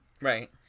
Right